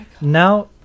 now